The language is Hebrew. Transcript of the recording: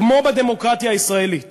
כמו בדמוקרטיה הישראלית